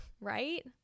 right